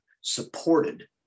supported